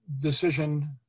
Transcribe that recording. decision